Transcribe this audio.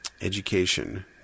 Education